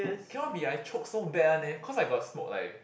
cannot be like choke so bad one leh cause I got smoke like